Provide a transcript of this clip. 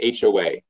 HOA